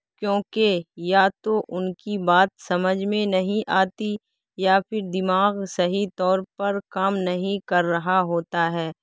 کیونکہ یا تو ان کی بات سمجھ میں نہیں آتی یا پھر دماغ صحیح طور پر کام نہیں کر رہا ہوتا ہے